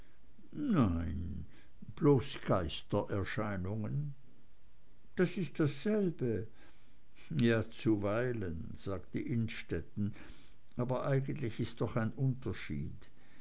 nein bloß geistererscheinungen das ist dasselbe ja zuweilen sagte innstetten aber eigentlich ist doch ein unterschied